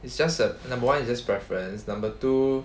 it's just a number one is just preference number two